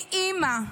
היא אימא,